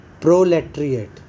proletariat